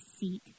seek